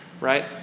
Right